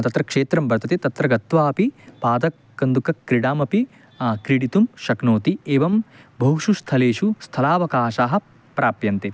तत्र क्षेत्रं वर्तते तत्र गत्वापि पादकन्दुकक्रिडामपि क्रीडितुं शक्नोति एवं बहुषु स्थलेषु स्थलावकाशाः प्राप्यन्ते